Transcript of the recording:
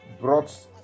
brought